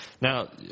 Now